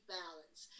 balance